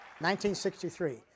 1963